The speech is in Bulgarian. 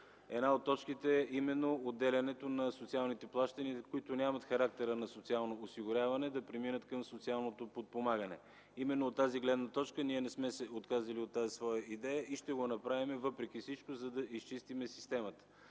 правителството е именно отделянето на социалните плащания, които нямат характера на социално осигуряване, да преминат към социалното подпомагане. Именно от тази гледна точка ние не сме се отказали от своята идея и ще го направим въпреки всичко, за да изчистим системата.